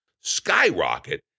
skyrocket